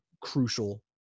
crucial